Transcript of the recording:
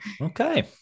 Okay